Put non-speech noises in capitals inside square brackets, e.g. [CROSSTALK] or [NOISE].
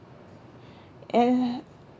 [BREATH] and